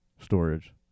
Storage